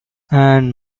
and